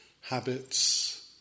Habits